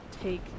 take